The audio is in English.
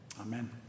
Amen